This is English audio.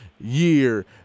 Year